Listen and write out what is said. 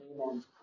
Amen